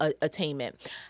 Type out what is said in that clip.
attainment